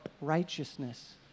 righteousness